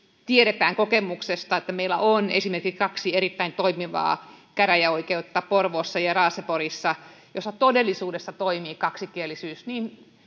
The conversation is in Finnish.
tiedetään kokemuksesta että meillä on esimerkiksi kaksi erittäin toimivaa käräjäoikeutta porvoossa ja raaseporissa joissa todellisuudessa toimii kaksikielisyys niin silti